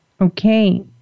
Okay